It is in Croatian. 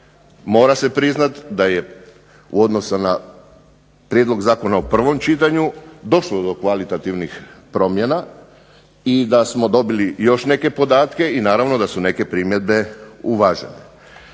Mora se priznati da je u odnosu na prijedlog zakona u prvom čitanju došlo do kvalitativnih promjena i da smo dobili još neke podatke i naravno da su neke primjedbe uvažene.